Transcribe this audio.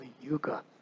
Yuga